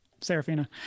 Serafina